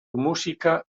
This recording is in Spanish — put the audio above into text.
música